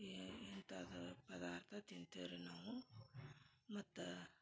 ಎಂತಾದರು ಪದಾರ್ಥ ತಿಂತೇವಿ ರೀ ನಾವು ಮತ್ತು